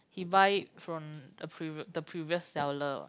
he buy from a prev~ the previous seller